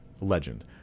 legend